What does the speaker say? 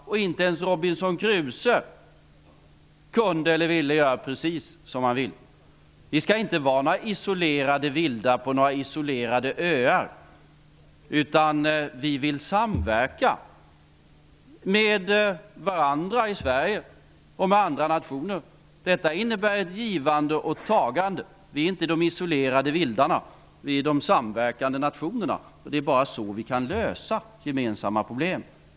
Inte ens Robinson Crusoe kunde göra precis som han ville. Vi skall inte vara några isolerade vildar på några isolerade öar. Vi vill samverka med varandra i Sverige och med andra nationer. Detta innebär ett givande och tagande. Vi är inte de isolerade vildarna. Vi är de samverkande nationerna, och det är bara så vi kan lösa gemensamma problem.